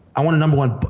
i want a number one,